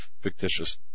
fictitious